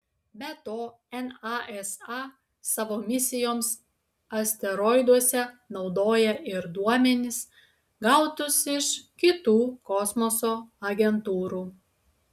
be to nasa savo misijoms asteroiduose naudoja ir duomenis gautus iš kitų kosmoso agentūrų